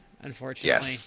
Unfortunately